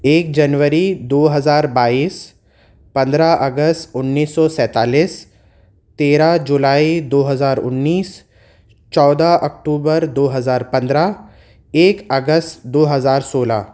ایک جنوری دو ہزار بائیس پندرہ اگست انیس سو سینتالیس تیرہ جولائی دو ہزارانیس چودہ اکٹوبر دو ہزار پندرہ ایک اگست دو ہزار سولہ